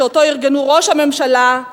שאותו ארגנו ראש הממשלה,